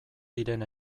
diren